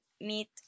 meet